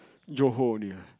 Johor only